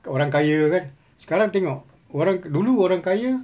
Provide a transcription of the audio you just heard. orang kaya kan sekarang tengok orang dulu orang kaya